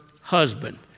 husband